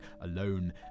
alone